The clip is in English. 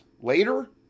later